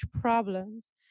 problems